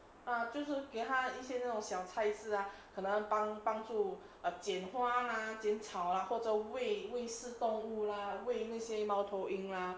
ah 就是给他一些那种小差事啊可能帮帮助剪花啦剪草啦或者喂喂食动物啦喂那些猫头鹰啊